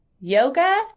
Yoga